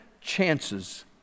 chances